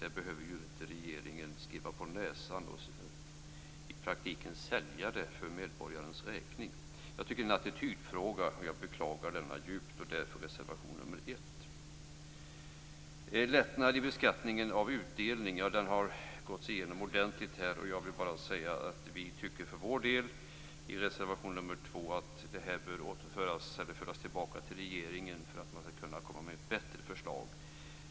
Det behöver inte regeringen skriva någon på näsan och i praktiken sälja detta för medborgarens räkning. Jag tycker att det är en attitydfråga. Jag beklagar detta djupt, och därför reservation nr 1. Lättnad i beskattningen av utdelning har gåtts igenom ordentligt här. Jag vill bara säga att vi för vår del i reservation nr 2 tycker att detta bör föras tillbaka till regeringen för att man skall kunna komma med ett bättre förslag.